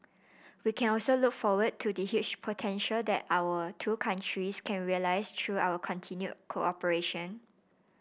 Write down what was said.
we can also look forward to the huge potential that our two countries can realise through our continued cooperation